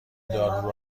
دارو